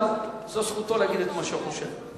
אבל זו זכותו להגיד את מה שהוא חושב.